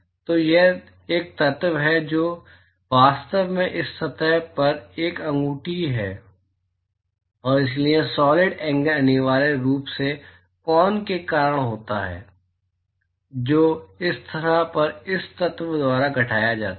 तो यह एक तत्व है जो वास्तव में इस सतह पर एक अंगूठी है और इसलिए सॉलिड एंगल अनिवार्य रूप से कोन के कारण होता है जो इस सतह पर इस तत्व द्वारा घटाया जाता है